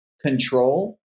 control